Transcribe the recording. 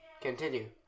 Continue